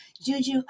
Juju